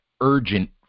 urgent